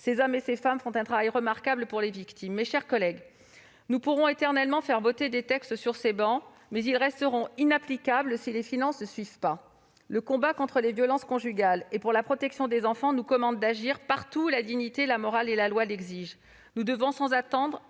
Ces hommes et ces femmes font un travail remarquable pour les victimes. Mes chers collègues, nous pourrons éternellement faire voter des textes sur ces travées, mais ils resteront inapplicables si les finances ne suivent pas. Le combat contre les violences conjugales et pour la protection des enfants nous commande d'agir partout où la dignité, la morale et la loi l'exigent ! Nous devons le faire sans attendre